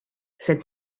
said